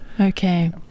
Okay